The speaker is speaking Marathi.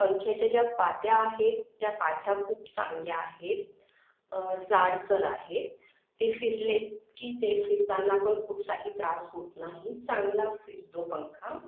पंख्याच्या ज्या पाती आहेत त्या पाती खूप चांगल्या आहेत जाडसर आहेत ते फिरलेत की ते फिरतांना पण कुठलाही त्रास होत नाही चांगला फिरतो पंखा